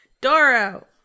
Doro